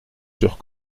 sur